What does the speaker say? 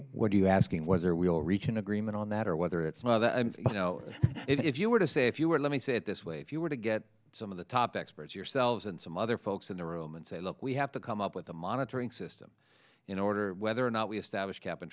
what do you asking whether we'll reach an agreement on that or whether it's not that i'm you know if you were to say if you were let me say it this way if you were to get some of the top experts yourselves and some other folks in the room and say look we have to come up with a monitoring system in order whether or not we establish ca